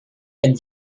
and